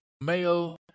male